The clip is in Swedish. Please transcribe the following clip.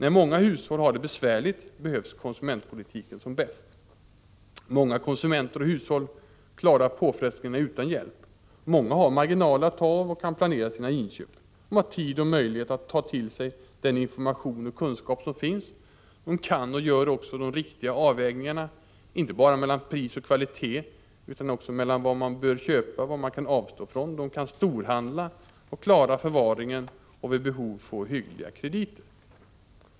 När många hushåll har det besvärligt behövs konsumentpolitiken som bäst. Många konsumenter och hushåll klarar påfrestningarna utan hjälp. Många har marginaler att ta av och kan planera sina inköp. De har tid och möjlighet att ta till sig den information och kunskap som finns. De kan och gör också de riktiga avvägningarna inte bara mellan pris och kvalitet utan också mellan vad man bör köpa och vad man kan avstå ifrån. De kan storhandla och klara förvaringen och vid behov få hyggliga krediter.